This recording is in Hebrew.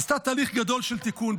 עשתה תהליך גדול של תיקון.